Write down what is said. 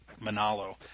Manalo